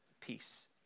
peace